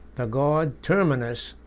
the god terminus,